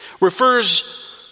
Refers